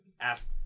ask